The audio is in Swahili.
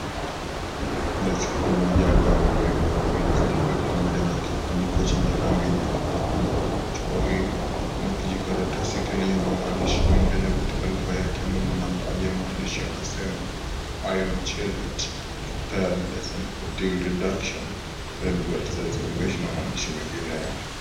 Kuna chupa moja ya dawa ambayo ina rangi nyeupe pamoja na kifuniko cha rangi nyekundu. Chup hii ina kiji karatasi kilio na maandishi mengi katika lugha ya kimombo, na baadhi ya maandishi yanasema, " iron challet, tiredness and fatigue reduction, red blood cell formation" na maandishi mengine.